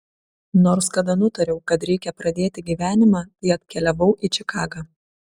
nors kada nutariau kad reikia pradėti gyvenimą tai atkeliavau į čikagą